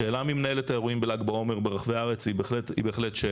השאלה מי מנהל את האירועים בל"ג בעומר ברחבי הארץ היא בהחלט שאלה.